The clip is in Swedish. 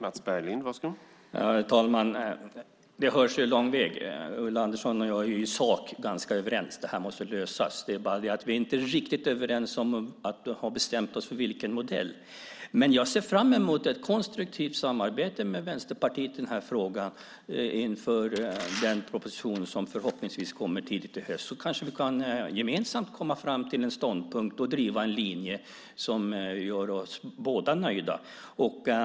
Herr talman! Det hörs lång väg att Ulla Andersson och jag i sak är ganska överens. Det här måste lösas. Det är bara det att vi inte är riktigt överens om och har bestämt oss för vilken modell. Men jag ser fram emot ett konstruktivt samarbete med Vänsterpartiet i den här frågan inför den proposition som förhoppningsvis kommer tidigt i höst så kanske vi gemensamt kan komma fram till en ståndpunkt och driva en linje som gör oss båda nöjda.